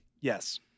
Yes